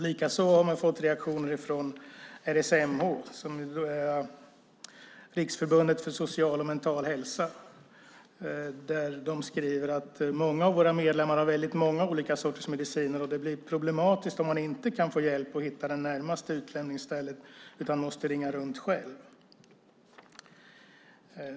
Likaså har vi fått reaktioner från RSMH, Riksförbundet för Social och Mental Hälsa, som skriver: Många av våra medlemmar har väldigt många olika sorters mediciner, och det blir problematiskt om man inte kan få hjälp att hitta det närmaste utlämningsstället utan måste ringa runt själv.